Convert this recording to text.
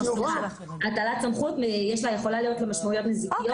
הטלת סמכות, יכולה להיות לה משמעויות נזיקיות.